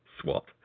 Swap